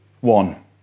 One